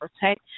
protect